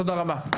תודה רבה.